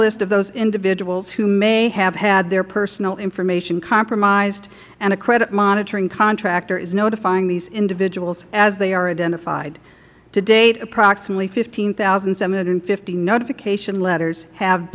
list of those individuals who may have had their personal information compromised and a credit monitoring contractor is notifying these individuals as they are identified to date approximately fifteen thousand seven hundred and fifty notification letters have